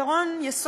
דוד,